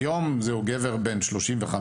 כיום זהו גבר בן 35,